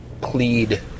plead